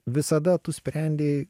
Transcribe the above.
visada tu sprendi